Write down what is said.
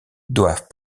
doivent